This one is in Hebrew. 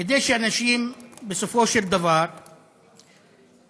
כדי שאנשים בסופו של דבר יוכלו